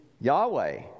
Yahweh